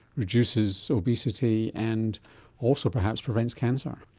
reduces obesity and also perhaps prevents cancer.